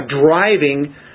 driving